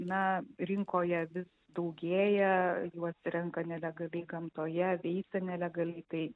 na rinkoje vis daugėja juos renka nelegaliai gamtoje veisia nelegaliai tai